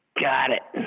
got it.